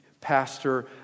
pastor